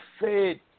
faith